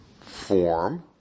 form